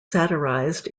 satirized